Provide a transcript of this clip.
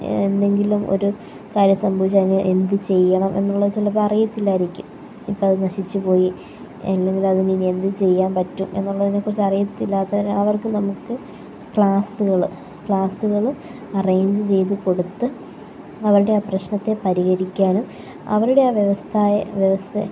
എന്തെങ്കിലും ഒരു കാര്യം സംഭവിച്ചാൽ അതിനെ എന്ത് ചെയ്യണം എന്നുള്ളത് ചിലപ്പോൾ അറിയത്തില്ലായിരിക്കും ഇപ്പോൾ അത് നശിച്ചുപോയി ഇല്ലെങ്കിൽ അതിന് ഇനി എന്ത് ചെയ്യാൻ പറ്റും എന്നുള്ളതിനെക്കുറിച്ച് അറിയത്തില്ലാത്തവർ അവർക്ക് നമുക്ക് ക്ലാസ്സുകൾ ക്ലാസ്സുകൾ അറേഞ്ച് ചെയ്ത് കൊടുത്ത് അവരുടെ ആ പ്രശ്നത്തെ പരിഹരിക്കാനും അവരുടെ ആ വ്യവസായ വ്യവസ്ഥയെ